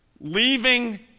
leaving